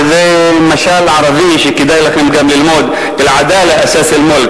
וזה משל ערבי שכדאי לכם ללמוד: אֵל-עַדַאלַה אַסַאס אֵל-מֻלְכּ.